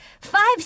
Five